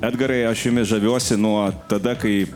edgarai aš jumis žaviuosi nuo tada kai